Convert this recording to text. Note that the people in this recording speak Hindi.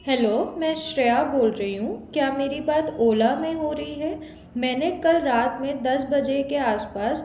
हेलो मैं श्रेया बोल रही हूँ क्या मेरी बात ओला में हो रही है मैंने कल रात में दस बजे के आसपास